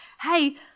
hey